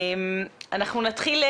אנחנו נתחיל,